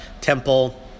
temple